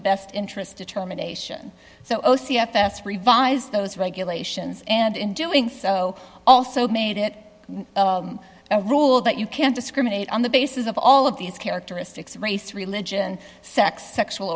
a best interest determination so c f s revised those regulations and in doing so also made it a rule that you can't discriminate on the basis of all of these characteristics of race religion sex sexual